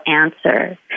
answer